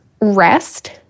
rest